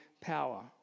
power